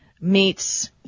meets